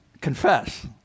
Confess